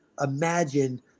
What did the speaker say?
imagine